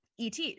ETs